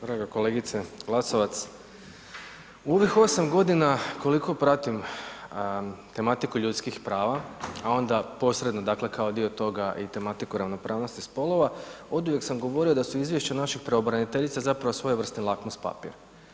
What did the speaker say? Draga kolegice Glasovac, u ovih 8 godina koliko pratim tematiku ljudskim prava, a onda posredno dakle kao dio toga i tematiku ravnopravnosti spolova oduvijek sam govorio da su izvješća naših pravobraniteljica zapravo svojevrstan lakmus papir.